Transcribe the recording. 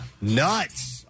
Nuts